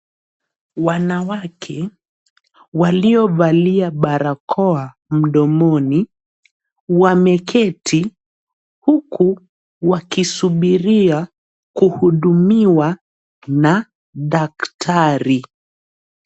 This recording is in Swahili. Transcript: Wanawake waliovalia barakoa mdomoni wameketi huku wakisubiria kuhudumiwa na daktari.